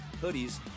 hoodies